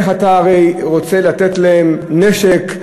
איך אתה רוצה לתת להם נשק,